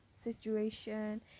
situation